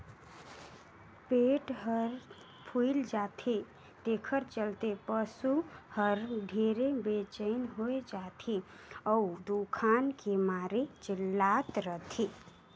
पेट हर फूइल जाथे तेखर चलते पसू हर ढेरे बेचइन हो जाथे अउ दुखान के मारे चिल्लात रथे